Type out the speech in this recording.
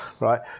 right